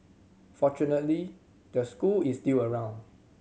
fortunately the school is still around